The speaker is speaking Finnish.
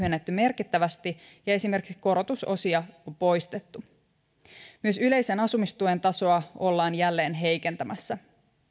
merkittävästi ja esimerkiksi korotusosia on poistettu myös yleisen asumistuen tasoa ollaan jälleen heikentämässä